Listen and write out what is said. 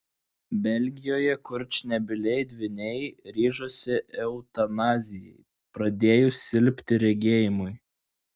belgijoje kurčnebyliai dvyniai ryžosi eutanazijai pradėjus silpti regėjimui